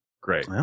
Great